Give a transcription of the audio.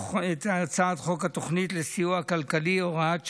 חוק התוכנית לסיוע כלכלי (הוראת שעה),